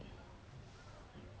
oh um early childhood